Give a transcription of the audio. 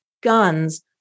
guns